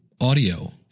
audio